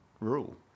rule